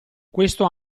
questo